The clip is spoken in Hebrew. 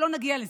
שלא נגיע לזה,